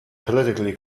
politically